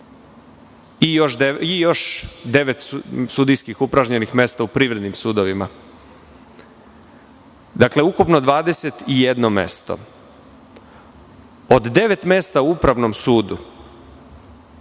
i još devet sudijskih upražnjenih mesta u privrednim sudovima. Dakle, ukupno 21 mesto. Od devet mesta u Upravnom sudu,